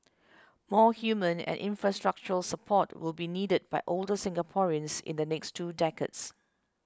more human and infrastructural support will be needed by older Singaporeans in the next two decades